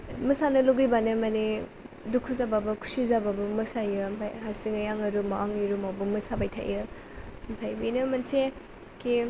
कि नोङो मोसानो लुगैबानो माने दुखु जाबाबो खुसि जाबाबो मोसायो ओमफाय हारसिंयै आङो आंनि रुमावबो मोसायो मोसाबाय थायो बेनो मोनसे कि